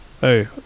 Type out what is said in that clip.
Hey